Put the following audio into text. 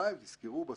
2. תזכרו בסוף,